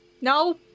No